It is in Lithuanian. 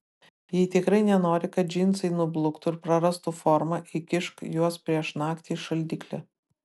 jei tikrai nenori kad džinsai nubluktų ir prarastų formą įkišk juos prieš naktį į šaldiklį